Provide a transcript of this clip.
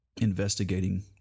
investigating